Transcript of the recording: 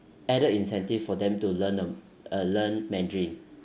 added incentive for them to learn them uh learn mandarin